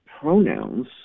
pronouns